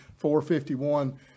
451